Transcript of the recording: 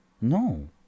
no